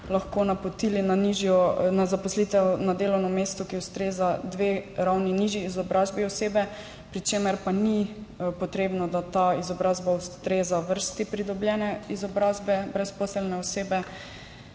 lahko napotili na delovno mesto, ki ustreza dvema ravnema nižji izobrazbi osebe, pri čemer pa ni potrebno, da ta izobrazba ustreza vrsti pridobljene izobrazbe brezposelne osebe.